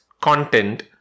content